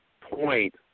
point